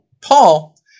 Paul